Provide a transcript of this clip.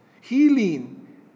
healing